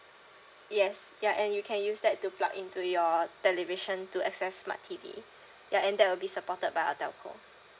yes ya and you can use that to plug into your television to access smart T_V ya and that will be supported by our telco